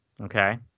okay